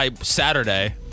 Saturday